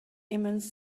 immense